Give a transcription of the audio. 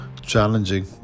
challenging